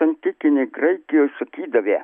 antikinėj graikijos atidavė